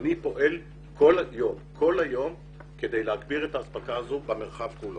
אני פועל כל היום כדי להגביר את האספקה הזאת במרחב כולו.